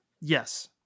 Yes